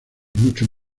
mucho